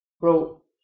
Bro